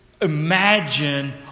imagine